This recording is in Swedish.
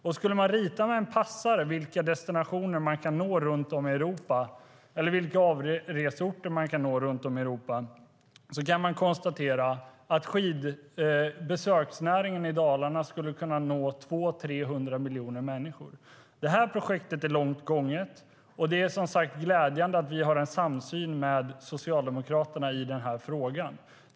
Om man ritar med en passare på kartan för att se vilka destinationer eller avreseorter som kan nås runt om i Europa kan man konstatera att besöksnäringen i Dalarna skulle kunna nås av 200-300 miljoner människor. Detta projekt är långt gånget. Det är som sagt glädjande att vi har en samsyn med Socialdemokraterna i frågan.